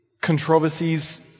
controversies